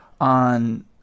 on